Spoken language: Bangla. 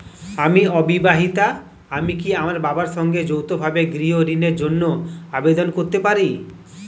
আমি অবিবাহিতা আমি কি আমার বাবার সঙ্গে যৌথভাবে গৃহ ঋণের জন্য আবেদন করতে পারি?